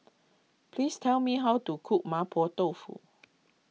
please tell me how to cook Mapo Tofu